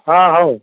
ହଁ ହଉ